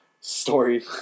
story